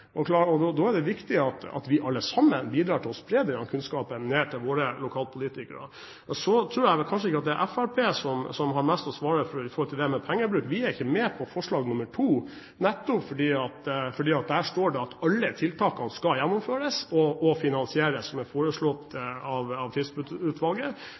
ned til våre lokalpolitikere. Så tror jeg vel kanskje ikke at det er Fremskrittspartiet som har mest å svare for i forhold til det med pengebruk. Vi er ikke med på forslag nr. 2, nettopp fordi der står det at alle tiltakene skal gjennomføres og finansieres som er foreslått